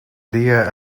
día